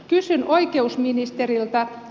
kysyn oikeusministeriltä